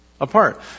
apart